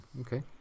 okay